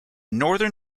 northern